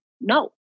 no